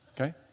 Okay